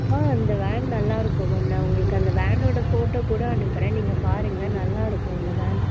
ஆ அந்த வேன் நல்லாயிருக்கும் மேம் நான் உங்களுக்கு அந்த வேனோடய ஃபோட்டோ கூட அனுப்புகிறேன் நீங்கள் பாருங்க நல்லாயிருக்கும் அந்த வேன்